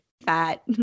fat